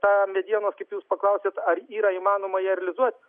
tą medienos kaip jūs paklausėt ar yra įmanoma ją realizuot